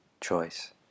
choice